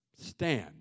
stand